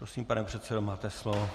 Prosím, pane předsedo, máte slovo.